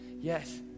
yes